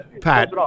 Pat